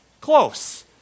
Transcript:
Close